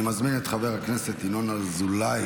אני מזמין את חבר הכנסת ינון אזולאי,